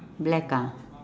black ah